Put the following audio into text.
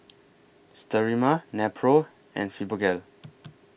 Sterimar Nepro and Fibogel